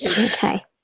Okay